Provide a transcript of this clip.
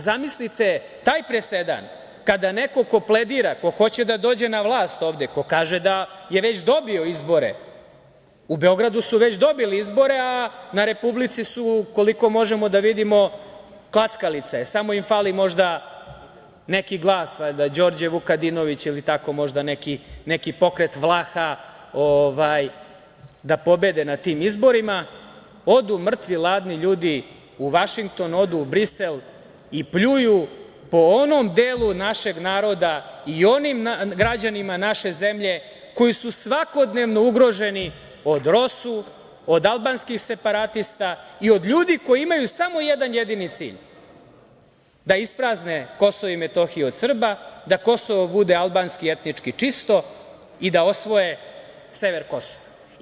Zamislite taj presedan kada neko ko pledira, ko hoće da dođe na vlast ovde, ko kaže da je već dobio izbore u Beogradu su već dobili izbore, a na republici su, koliko možemo da vidimo klackalica je, samo im fali možda neki glas, valjda, Đorđe Vukadinović ili možda tako neki pokret Vlaha da pobede na tim izborima, odu mrtvi 'ladni ljudi u Vašington, odu u Brisel i pljuju po onom delu našeg naroda i onim građanima naše zemlje koji su svakodnevno ugroženi od ROSU, od albanskih separatista i od ljudi koji imaju samo jedan jedini cilj – da isprazne Kosovo i Metohiju od Srba, da Kosovo bude albanski, etnički čisto i da osvoje sever Kosova.